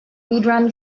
gudrun